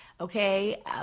okay